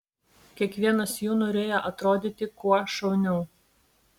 kiekvienas jų norėjo atrodyti kuo šauniau